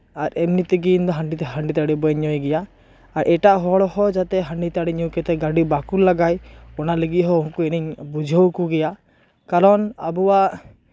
ᱟᱨ ᱮᱢᱱᱤ ᱛᱮᱜᱮ ᱤᱧ ᱫᱚ ᱦᱟᱺᱰᱤ ᱦᱟᱺᱰᱤ ᱫᱚ ᱵᱟᱹᱧ ᱧᱩᱭ ᱜᱮᱭᱟ ᱟᱨ ᱮᱴᱟᱜ ᱦᱚᱲᱦᱚᱸ ᱡᱟᱛᱮ ᱦᱟᱺᱰᱤ ᱛᱟᱲᱤ ᱧᱩ ᱠᱟᱛᱮᱫ ᱜᱟᱺᱰᱤ ᱵᱟᱠᱚ ᱞᱟᱜᱟᱭ ᱚᱱᱟ ᱞᱟᱹᱜᱤᱫ ᱦᱚᱸ ᱩᱱᱠᱩ ᱤᱧᱤᱧ ᱵᱩᱡᱷᱟᱹᱣ ᱠᱚᱜᱮᱭᱟ ᱠᱟᱨᱚᱱ ᱟᱵᱚᱣᱟᱜ